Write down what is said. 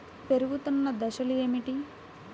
పెరుగుతున్న దశలు ఏమిటి?